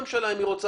אם הממשלה רוצה.